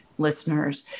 listeners